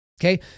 Okay